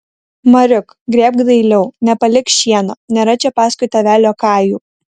mariuk grėbk dailiau nepalik šieno nėra čia paskui tave liokajų